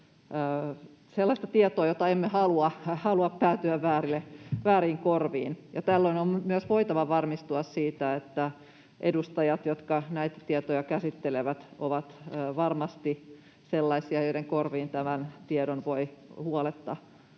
sellaista tietoa, jonka emme halua päätyvän vääriin korviin. Tällöin on myös voitava varmistua siitä, että edustajat, jotka näitä tietoja käsittelevät, ovat varmasti sellaisia, joiden korviin tämän tiedon voi huoletta